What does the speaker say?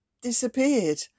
disappeared